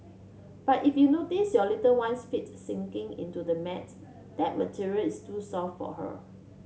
but if you notice your little one's feet's sinking into the mat that material is too soft for her